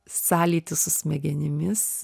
sąlytį su smegenimis